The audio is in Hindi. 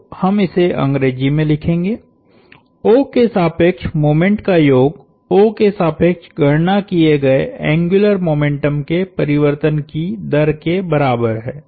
तो हम इसे अंग्रेजी में लिखेंगे O के सापेक्ष मोमेंट का योग O के सापेक्ष गणना किये गए एंग्युलर मोमेंटम के परिवर्तन की दर के बराबर है